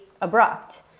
abrupt